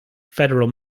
federal